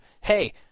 Hey